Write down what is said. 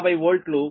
కావున 0